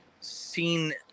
seen